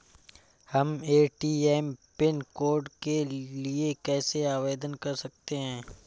हम ATM pin code के लिए कैसे आवेदन कर सकते हैं?